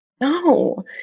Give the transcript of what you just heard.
No